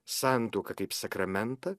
santuoką kaip sakramentą